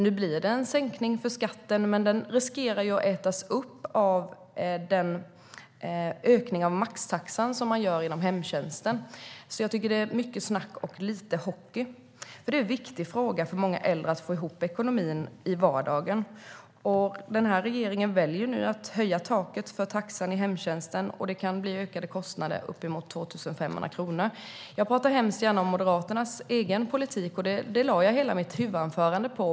Nu blir det en sänkning av skatten, men det finns risk att den äts upp av den ökning av maxtaxan som man gör inom hemtjänsten. Jag tycker att det är mycket snack och lite hockey. Det är en viktig fråga för många äldre att få ihop ekonomin i vardagen. Den här regeringen väljer nu att höja taket för taxan i hemtjänsten, och det ökar kostnaderna uppemot 2 500 kronor. Jag talar hemskt gärna om Moderaternas egen politik. Det lade jag hela mitt huvudanförande på.